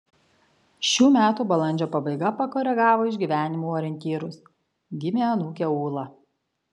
šių metų balandžio pabaiga pakoregavo išgyvenimų orientyrus gimė anūkė ūla